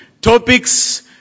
topics